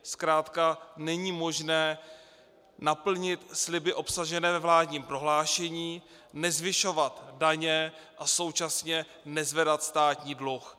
Zkrátka není možné naplnit sliby obsažené ve vládním prohlášení nezvyšovat daně a současně nezvedat státní dluh.